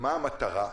ומה המטרה?